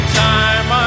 time